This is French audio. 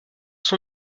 son